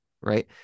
right